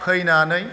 फैनानै